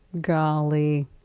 Golly